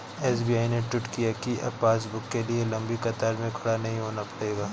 SBI ने tweet किया कि अब पासबुक के लिए लंबी कतार में खड़ा नहीं होना पड़ेगा